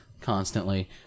constantly